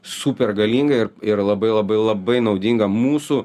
super galinga ir ir labai labai labai naudinga mūsų